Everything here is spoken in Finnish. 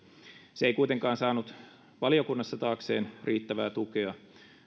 se ei kuitenkaan saanut valiokunnassa taakseen riittävää tukea